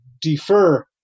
defer